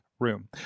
room